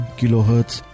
kilohertz